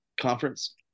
conference